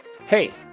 hey